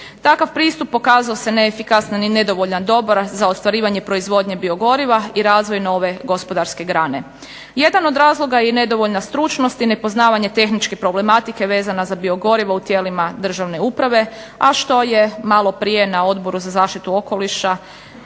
Takav pristup pokazao se neefikasan i nedovoljan dobar za ostvarivanje proizvodnje biogoriva i razvoj nove gospodarske grane. Jedan od razloga je nedovoljna stručnost i nepoznavanje tehničke problematike vezana za biogoriva u tijelima državne uprave a što je maloprije na Odboru za zaštitu okoliša